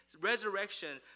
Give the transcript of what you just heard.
resurrection